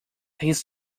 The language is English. his